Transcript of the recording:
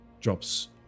drops